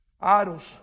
Idols